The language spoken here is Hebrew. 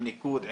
עם ניקוד,